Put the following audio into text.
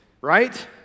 right